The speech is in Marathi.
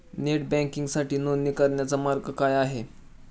नेट बँकिंगसाठी नोंदणी करण्याचा मार्ग काय आहे?